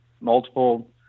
multiple